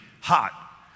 hot